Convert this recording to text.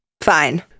fine